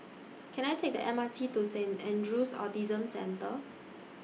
Can I Take The M R T to Saint Andrew's Autism Centre